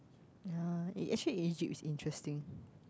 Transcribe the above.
uh eh actually Egypt's interesting